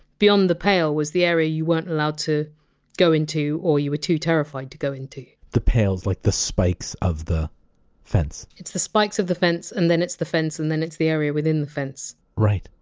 beyond the pale! was the area you weren't allowed to go into, or you were too terrified to go into. the pale's like the spikes of the fence. it's the spikes of the fence and then it's the fence and then it's the area within the fence. right.